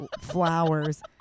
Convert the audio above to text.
flowers